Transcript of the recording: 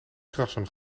krassen